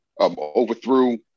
overthrew